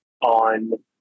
on